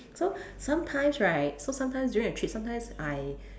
so sometimes right so sometimes during the trip sometimes I